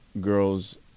girls